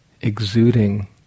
exuding